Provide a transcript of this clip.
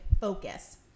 focus